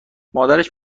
مادرش